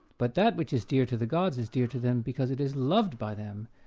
but that which is dear to the gods is dear to them because it is loved by them,